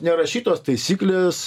nerašytos taisyklės